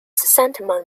sentiment